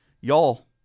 Y'all